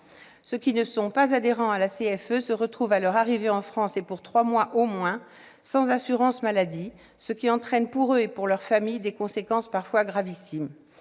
des Français de l'étranger, la CFE, se retrouvent à leur arrivée en France et pour trois mois au moins sans assurance maladie, ce qui entraîne pour eux et pour leur famille des conséquences parfois gravissimes.